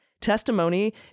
testimony